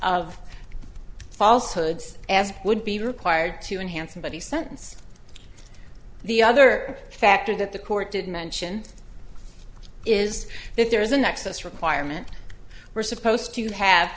of falsehoods as would be required to enhance somebody's sentence the other factor that the court did mention is that there is an access requirement we're supposed to have